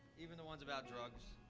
even the ones about drugs.